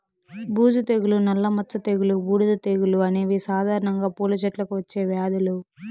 బూజు తెగులు, నల్ల మచ్చ తెగులు, బూడిద తెగులు అనేవి సాధారణంగా పూల చెట్లకు వచ్చే వ్యాధులు